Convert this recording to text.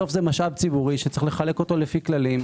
בסוף זה משאב ציבורי שצריך לחלק אותו לפי כללים,